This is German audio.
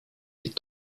die